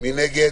מי נגד?